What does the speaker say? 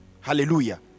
Hallelujah